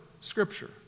scripture